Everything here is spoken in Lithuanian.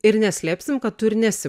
ir neslėpsim kad tu ir nesi